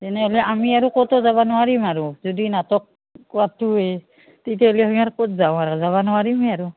তেনেহ'লে আমি আৰু ক'তো যাব নোৱাৰিম আৰু যদি নাটক পাতোৱে তেতিয়াহ'লে আমি আৰু ক'ত যাম আৰু যাব নোৱাৰিমে আৰু